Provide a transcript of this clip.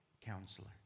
counselor